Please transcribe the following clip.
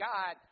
God